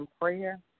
prayer